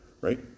Right